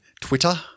Twitter